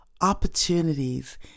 opportunities